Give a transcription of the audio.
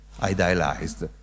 idealized